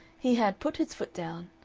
he had put his foot down,